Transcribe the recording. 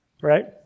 right